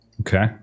Okay